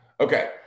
Okay